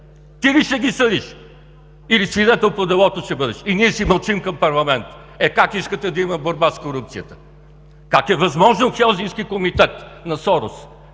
Ти ли ще ги съдиш или свидетел по делото ще бъдеш? И ние си мълчим в парламента. Е, как искате да има борба с корупцията? Как е възможно Хелзинкски комитет на Сорос